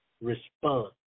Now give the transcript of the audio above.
respond